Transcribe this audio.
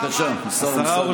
בבקשה, אמסלם, השר אמסלם.